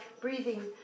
breathing